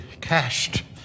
cashed